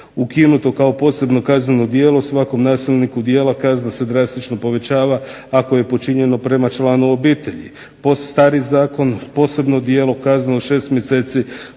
ukinuto kao posebno kazneno djelo svakom nasilniku djela kazna se drastično povećava ako je učinjeno prema članu obitelji. Stari zakon posebno djelo kazneno 6 mjeseci